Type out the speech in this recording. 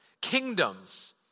Kingdoms